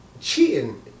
Cheating